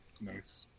Nice